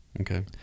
Okay